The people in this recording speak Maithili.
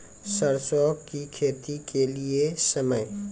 सरसों की खेती के लिए समय?